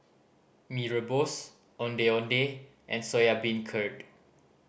Mee Rebus Ondeh Ondeh and Soya Beancurd